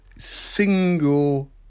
single